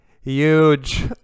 huge